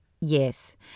Yes